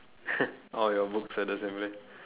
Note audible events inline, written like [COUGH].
[LAUGHS] all your books at the same place